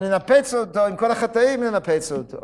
לנפץ אותו, עם כל החטאים לנפץ אותו.